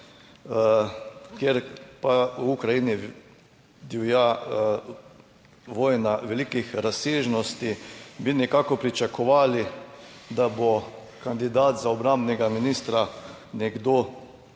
Ker pa v Ukrajini divja vojna velikih razsežnosti, bi nekako pričakovali, da bo kandidat za obrambnega ministra nekdo